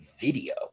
video